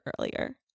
earlier